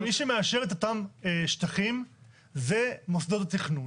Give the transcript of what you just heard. אבל מי שמאשר את אותם שטחים זה מוסדות התכנון.